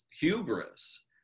hubris